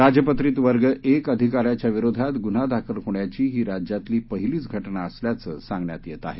राजपत्रित वर्ग एक अधिका याच्या विरोधात गुन्हा दाखल होण्याची ही राज्यातील पहिलीच घटना असल्याचे सांगण्यात येत आहे